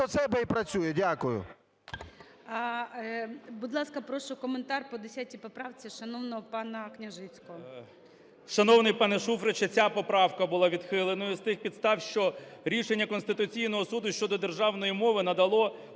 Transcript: йде до себе і працює. Дякую.